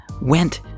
went –